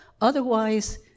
Otherwise